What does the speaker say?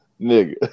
nigga